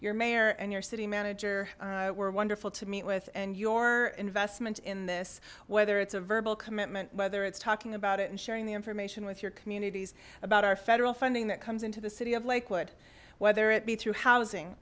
your mayor and your city manager were wonderful to meet with and your investment in this whether it's a verbal commitment whether it's talking about it and sharing the information with your communities about our federal funding that comes into the city of lakewood whether it be through housing